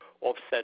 offset